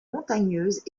montagneuses